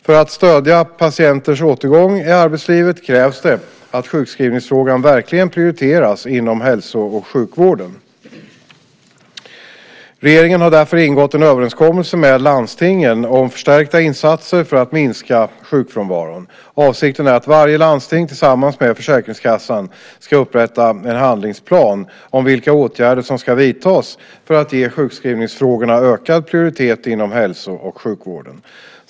För att stödja patienters återgång i arbetslivet krävs det att sjukskrivningsfrågan verkligen prioriteras inom hälso och sjukvården. Regeringen har därför ingått en överenskommelse med landstingen om förstärkta insatser för att minska sjukfrånvaron. Avsikten är att varje landsting tillsammans med Försäkringskassan ska upprätta en handlingsplan om vilka åtgärder som ska vidtas för att ge sjukskrivningsfrågorna ökad prioritet inom hälso och sjukvården.